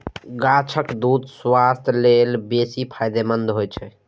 गाछक दूछ स्वास्थ्य लेल बेसी फायदेमंद होइ छै